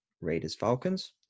Raiders-Falcons